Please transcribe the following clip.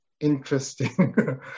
interesting